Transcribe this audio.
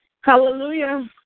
Hallelujah